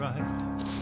right